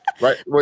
Right